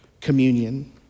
communion